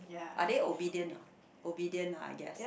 are they obedient not obedient lah I guess